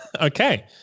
Okay